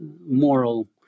moral